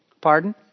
Pardon